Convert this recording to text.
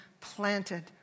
planted